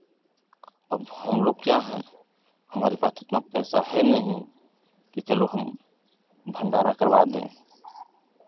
अब हमलोग क्या हैं हमारे पास तो उतना पैसा है नहीं कि चलो हम भंडारा करवा दें